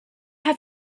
have